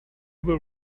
were